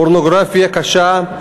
פורנוגרפיה קשה,